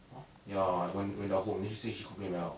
!huh! ya when when they are home then she say she complain very loud